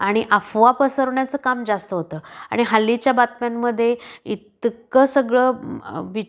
आणि अफवा पसरवण्याचं काम जास्त होतं आणि हल्लीच्या बातम्यांमध्ये इतकं सगळं बिच